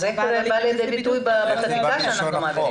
איך זה בא לידי ביטוי בתקנה שאנחנו עושים?